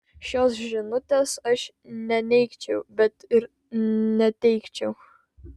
šios žinutės aš neneigčiau bet ir neteigčiau